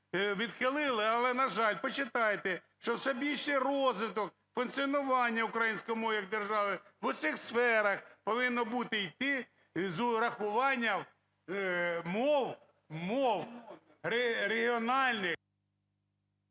Відхили, але на жаль. Почитайте, що всебічний розвиток, функціонування української мови як державної в усіх сферах повинно бути, йти з урахуванням мов, мов регіональних…